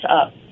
up